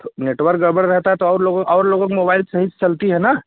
तो नेटवर्क गड़बड़ रहता है तो और लोगों और लोगों के मोबाइल सही से चलता है ना